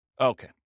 Okay